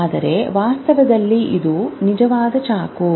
ಆದರೆ ವಾಸ್ತವದಲ್ಲಿ ಇದು ನಿಜವಾದ ಚಾಕು